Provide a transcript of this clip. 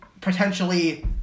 potentially